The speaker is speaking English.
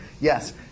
yes